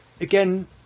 again